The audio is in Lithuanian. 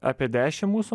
apie dešim mūsų